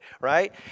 right